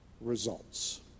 results